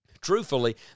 Truthfully